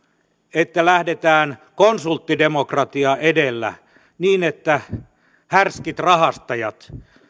että lähdetään konsulttidemokratia edellä niin että härskit rahastajat